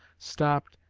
stopped,